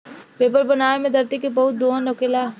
paper बनावे मे धरती के बहुत दोहन होखेला